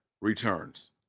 returns